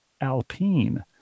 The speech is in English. Alpine